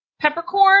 Peppercorn